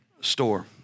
store